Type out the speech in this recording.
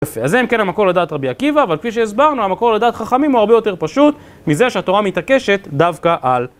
יפה. אז זה אם כן המקור לדעת רבי עקיבא, אבל כפי שהסברנו המקור לדעת חכמים הוא הרבה יותר פשוט מזה שהתורה מתעקשת דווקא על...